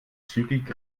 zügig